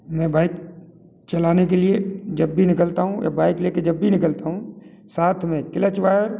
मैं बाइक चलाने के लिए जब भी निकलता हूँ या बाइक लेके जब भी निकलता हूँ साथ में क्लच वायर